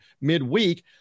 midweek